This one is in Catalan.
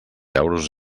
euros